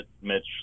Mitch